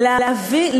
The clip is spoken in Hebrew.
להביא,